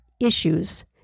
issues